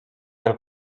del